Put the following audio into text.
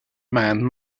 man